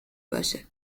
باشه